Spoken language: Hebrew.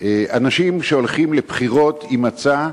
אנשים שהולכים לבחירות עם מצע,